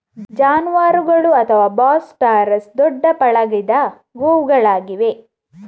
ಜಾನುವಾರುಗಳು ಅಥವಾ Bos taurus ದೊಡ್ಡ ಪಳಗಿದ ಗೋವುಗಳಾಗಿವೆ